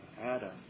Adam